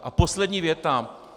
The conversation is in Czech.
A poslední věta.